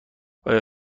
آیا